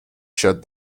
shut